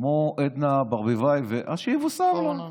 כמו אורנה ברביבאי, שיבושם לו.